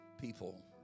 people